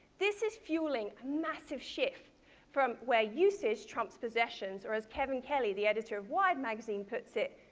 this is fueling a massive shift from where usage trumps possessions or as kevin kelly, the editor of wired magazine, puts it,